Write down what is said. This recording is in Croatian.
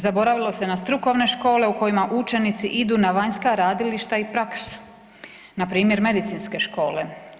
Zaboravilo se na strukovne škole u kojima učenici idu na vanjska radilišta i praksu, npr. medicinske škole.